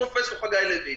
פרופ' חגי לוין,